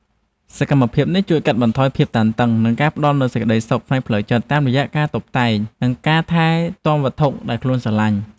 សកម្មភាពនេះជួយកាត់បន្ថយភាពតានតឹង និងផ្ដល់នូវក្ដីសុខផ្នែកផ្លូវចិត្តតាមរយៈការតុបតែង និងការថែទាំវត្ថុដែលខ្លួនស្រឡាញ់។